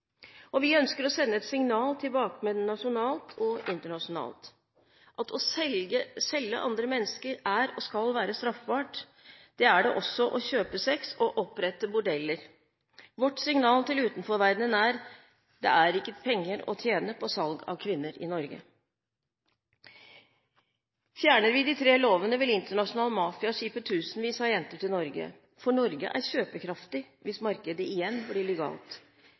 Norge. Vi ønsker å sende et signal til bakmenn nasjonalt og internasjonalt: Å selge andre mennesker er og skal være straffbart, det er det også å kjøpe sex og å opprette bordeller. Vårt signal til utenforverdenen er: Det er ikke penger å tjene på salg av kvinner i Norge. Fjerner vi de tre lovene, vil internasjonal mafia skipe tusenvis av jenter til Norge, for Norge er kjøpekraftig hvis markedet igjen blir legalt.